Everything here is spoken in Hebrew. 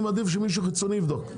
מעדיף שמישהו חיצוני יבדוק.